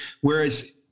whereas